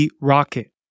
rocket